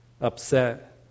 upset